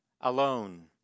alone